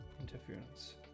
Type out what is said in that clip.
interference